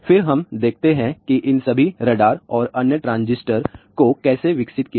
फिर हम देखते हैं कि इन सभी राडार और अन्य ट्रांजिस्टर को कैसे विकसित किया गया